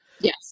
Yes